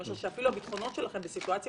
למשל שאפילו הביטחונות שלכם בסיטואציה